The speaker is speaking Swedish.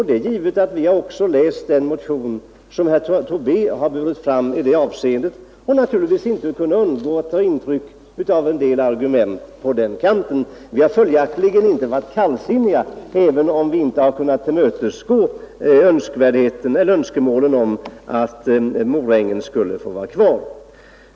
Det är givet att vi också har läst den motion som herr Tobé har burit fram, och naturligtvis har vi inte kunnat undgå att ta intryck av en del argument i den. Vi har följaktligen inte varit kallsinniga, även om vi inte har kunnat tillmötesgå önskemålen om att Morängens yrkesskola skulle få vara kvar.